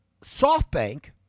SoftBank